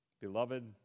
Beloved